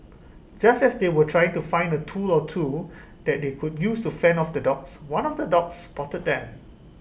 just as they were trying to find A tool or two that they could use to fend off the dogs one of the dogs spotted them